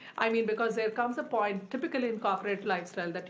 i mean because there comes a point, typically in corporate lifestyle, but